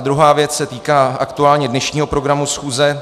Druhá věc se týká aktuálně dnešního programu schůze.